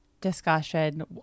discussion